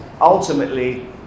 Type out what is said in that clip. ultimately